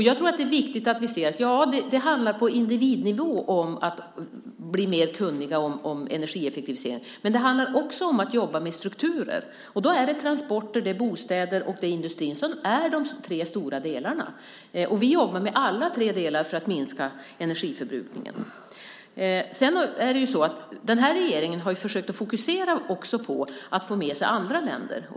Jag tror att det är viktigt att vi ser att det handlar om att på individnivå bli mer kunnig om energieffektivisering, men det handlar också om att jobba med strukturer. Transporter, bostäder och industrin är de tre stora delarna, och vi jobbar med alla tre för att minska energiförbrukningen. Den här regeringen har försökt fokusera på att också få med sig andra länder.